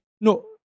No